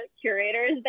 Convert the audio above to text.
curators